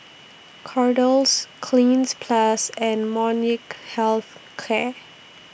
Kordel's Cleanz Plus and Molnylcke Health Care